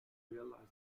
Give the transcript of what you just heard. realized